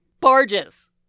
Barges